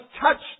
touched